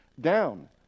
down